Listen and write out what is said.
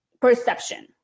perception